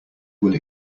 will